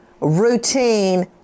routine